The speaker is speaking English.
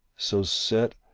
so set,